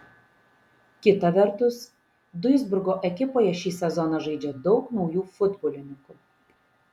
kita vertus duisburgo ekipoje šį sezoną žaidžia daug naujų futbolininkų